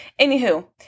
Anywho